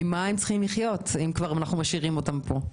ממה הם צריכים לחיות אם אנחנו משאירים אותם פה?